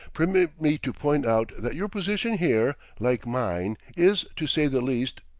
permit me to point out that your position here like mine is, to say the least,